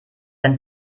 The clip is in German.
ein